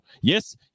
Yes